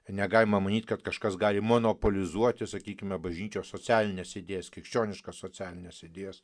negalima manyt kad kažkas gali monopolizuoti sakykime bažnyčios socialinę idėjas krikščioniškas socialines idėjas